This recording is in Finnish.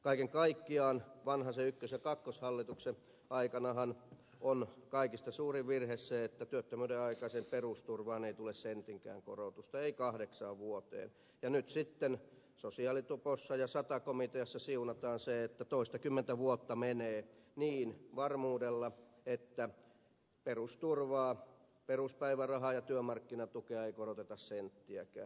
kaiken kaikkiaan vanhasen ykkös ja kakkoshallituksen aikanahan on kaikista suurin virhe ollut se että työttömyyden aikaiseen perusturvaan ei ole tullut sentinkään korotusta ei tule kahdeksaan vuoteen ja nyt sitten sosiaalitupossa ja sata komiteassa siunataan se että toistakymmentä vuotta menee varmuudella niin että perusturvaa peruspäivärahaa ja työmarkkinatukea ei koroteta senttiäkään